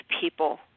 people